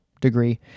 degree